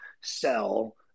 sell